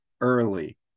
early